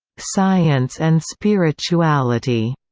science and spirituality,